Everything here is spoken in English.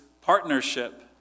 partnership